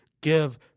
give